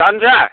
दानसै